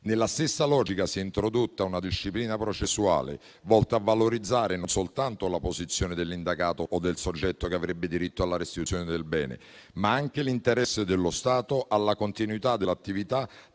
Nella stessa logica si è introdotta una disciplina processuale volta a valorizzare non soltanto la posizione dell'indagato o del soggetto che avrebbe diritto alla restituzione del bene, ma anche l'interesse dello Stato alla continuità dell'attività